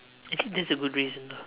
actually that's a good reason lah